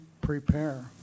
prepare